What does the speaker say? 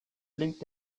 blinkt